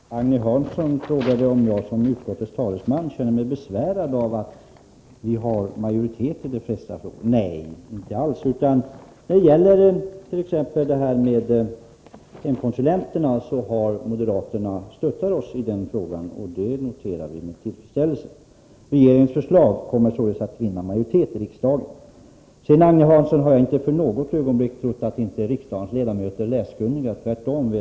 Herr talman! Agne Hansson frågade om jag som utskottets talesman känner mig besvärad av att vi har majoritet i de flesta frågor. Nej, inte alls. Exempelvis när det gäller hemkonsulenterna stöttar moderaterna oss, och det noterar jag med tillfredsställelse. Regeringens förslag kommer således att vinna majoritet i riksdagen. Jag har sedan, Agne Hansson, inte för ett ögonblick trott att riksdagens ledamöter inte skulle vara läskunniga.